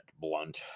blunt